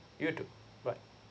you too bye